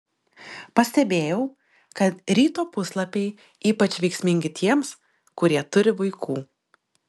pastebėjau kad ryto puslapiai ypač veiksmingi tiems kurie turi vaikų